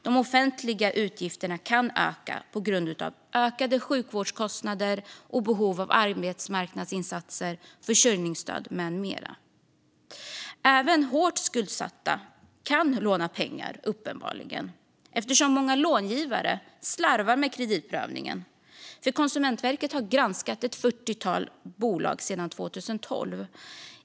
De offentliga utgifterna kan öka på grund av ökade sjukvårdskostnader och behov av arbetsmarknadsinsatser, försörjningsstöd med mera. Även hårt skuldsatta kan uppenbarligen låna pengar, eftersom många långivare slarvar med kreditprövningen. Konsumentverket har granskat ett fyrtiotal bolag sedan 2012.